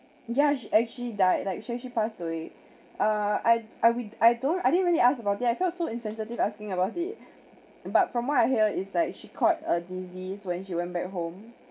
ya she actually died like she actually passed away ah I ah we I don't I didn't really ask about it I felt so insensitive asking about it but from what I hear it's like she caught a disease when she went back home